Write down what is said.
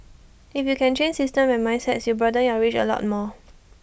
if you can change systems and mindsets you broaden your reach A lot more